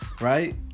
Right